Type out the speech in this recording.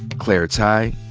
claire tighe,